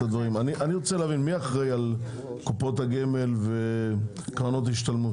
מי אחראי על קופות הגמל וקרנות השתלמות?